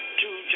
two